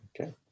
Okay